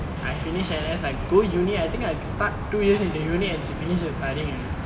I finish N_S I go uni I think I'd start two years into uni and she finish her studying already